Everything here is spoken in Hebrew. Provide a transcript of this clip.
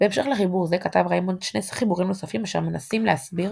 בהמשך לחיבור זה כתב ריימונד שני חיבורים נוספים אשר מנסים להסביר